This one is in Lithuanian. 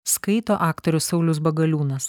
skaito aktorius saulius bagaliūnas